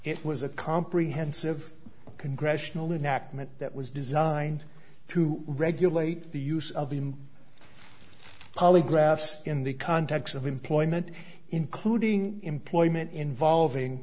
it was a comprehensive congressional enactment that was designed to regulate the use of polygraphs in the context of employment including employment involving